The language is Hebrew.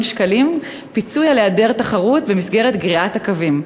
שקלים על היעדר תחרות במסגרת גריעת הקווים.